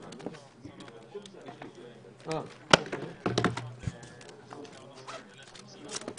14:54.